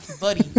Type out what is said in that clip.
buddy